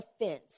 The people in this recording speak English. offense